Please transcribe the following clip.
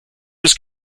was